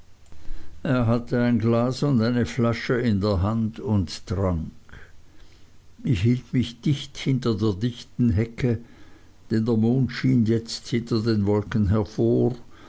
er hatte ein glas und eine flasche in der hand und trank ich hielt mich hinter der dichten hecke denn der mond schien jetzt hinter den wolken hervor